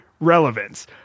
relevance